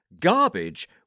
garbage